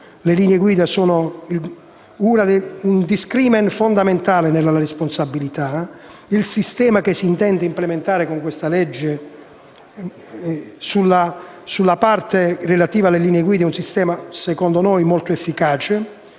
Le linee guida sono un *discrimen* fondamentale della responsabilità. Il sistema che si intende implementare con questa legge sulla parte relativa alle linee guida è secondo noi molto efficace.